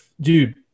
dude